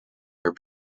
are